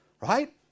Right